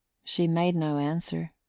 she made no answer,